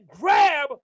grab